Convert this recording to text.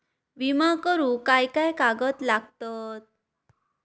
विमा करुक काय काय कागद लागतत?